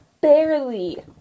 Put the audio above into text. barely